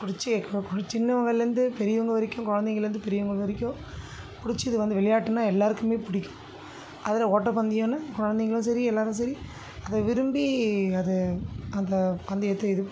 பிடிச்சே இருக்கும் ஒரு சின்னவங்கள்லேருந்து பெரியவங்கள் வரைக்கும் குழந்தைங்கள்லேருந்து பெரியவங்கள் வரைக்கும் பிடிச்சது வந்து விளையாட்டுனால் எல்லாருக்குமே பிடிக்கும் அதில் ஓட்டப்பந்தயனா குழந்தைங்களும் சரி எல்லாரும் சரி அதை விரும்பி அது அந்த பந்தயத்தை இது பண்ணுவாங்கள்